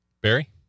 barry